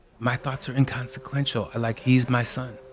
my thoughts are inconsequential, like he is my son.